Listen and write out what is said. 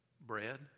bread